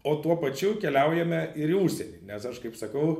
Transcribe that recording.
o tuo pačiu keliaujame ir į užsienį nes aš kaip sakau